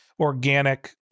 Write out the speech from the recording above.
organic